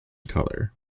colour